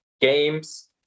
games